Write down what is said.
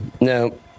no